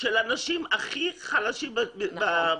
של אנשים הכי חלשים במדינה.